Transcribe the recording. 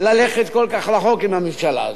ללכת כל כך רחוק עם הממשלה הזו.